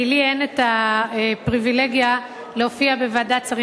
כי לי אין הפריווילגיה להופיע בוועדת שרים.